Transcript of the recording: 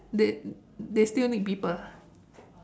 they they still need people ah